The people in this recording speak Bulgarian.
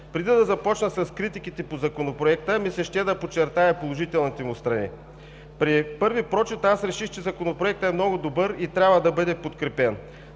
Преди да започна с критиките по Законопроекта, искам да подчертая положителните му страни. При първия прочит аз реших, че Законопроектът е много добър и трябва да бъде подкрепен.